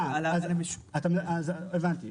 הבנתי.